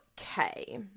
Okay